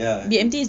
ya